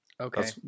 okay